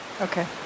Okay